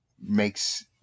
Makes